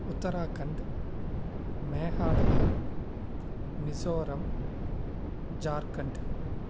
Uttarakhand Meghalaya Mizoram Jharkhand